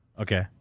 Okay